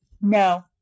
No